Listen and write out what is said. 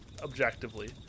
objectively